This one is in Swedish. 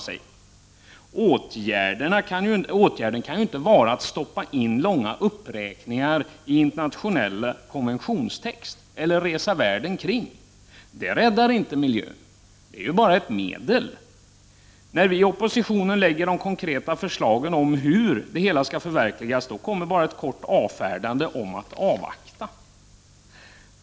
frågar man sig. Åtgärden kan ju inte vara att stoppa in långa uppräkningar i internationell konventionstext eller att resa världen kring. Det räddar inte miljön. När vi i oppositionen lägger fram konkreta förslag om hur det hela skall förverkligas, kommer bara ett kort avfärdande om att avvakta.